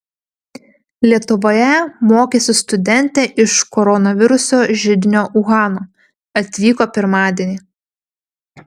lietuvoje mokysis studentė iš koronaviruso židinio uhano atvyko pirmadienį